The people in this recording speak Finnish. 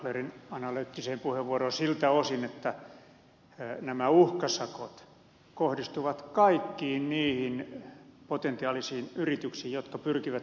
nauclerin analyyttiseen puheenvuoroon siltä osin että nämä uhkasakot kohdistuvat kaikkiin niihin potentiaalisiin yrityksiin jotka pyrkivät suomen markkinoille